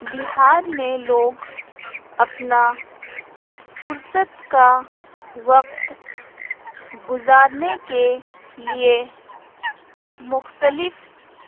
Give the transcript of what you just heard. بہار میں لوگ اپنا فرصت کا وقت گزارنے کے لیے مختلف